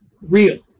real